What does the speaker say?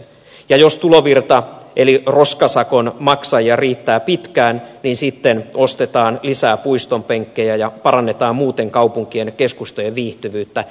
ja jos tulovirtaa eli roskasakon maksajia riittää pitkään niin sitten ostetaan lisää puistonpenkkejä ja parannetaan muuten kaupunkien keskustojen viihtyvyyttä